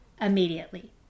immediately